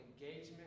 engagement